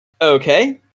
Okay